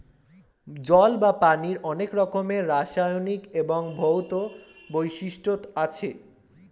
জল বা পানির অনেক রকমের রাসায়নিক এবং ভৌত বৈশিষ্ট্য আছে